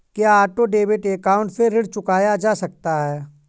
क्या auto debit account से ऋण चुकाया जा सकता है?